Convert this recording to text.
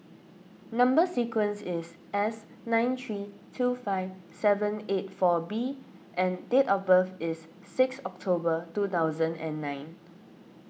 Number Sequence is S nine three two five seven eight four B and date of birth is six October two thousand and nine